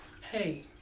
hey